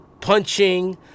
Punching